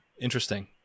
interesting